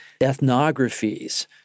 ethnographies